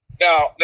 now